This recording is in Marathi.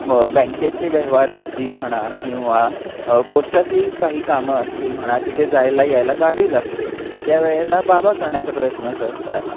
मग बँकेचे व्यवहार असतील म्हणा किंवा पोस्टातली काही कामं असतील म्हणा जिथे जायला यायला गाडी लागते त्यावेळेला बाबा करण्याचा प्रयत्न करतात